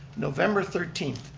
november thirteenth.